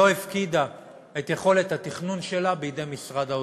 הפקידה את יכולת התכנון שלה בידי משרד האוצר.